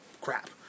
crap